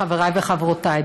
חברי וחברותי,